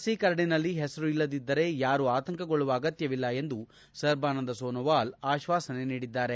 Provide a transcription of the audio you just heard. C ಕರಡಿನಲ್ಲಿ ಹೆಸರು ಇಲ್ಲದಿದ್ದರೆ ಯಾರೂ ಆತಂಕಗೊಳ್ಳುವ ಅಗತ್ಯವಿಲ್ಲ ಎಂದು ಸರ್ಬಾನಂದ ಸೋನೋವಾಲ್ ಆಶ್ವಾಸನೆ ನೀಡಿದ್ದಾರೆ